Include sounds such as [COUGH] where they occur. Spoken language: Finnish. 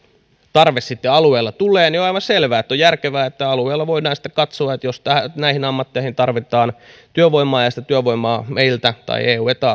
tarve sitten alueelle tulee niin on aivan selvää että on järkevää että alueella voidaan katsoa että jos näihin ammatteihin tarvitaan työvoimaa ja sitä työvoimaa meiltä ja eu tai eta [UNINTELLIGIBLE]